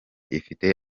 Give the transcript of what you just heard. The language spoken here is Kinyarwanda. ifite